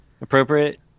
appropriate